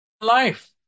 life